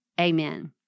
amen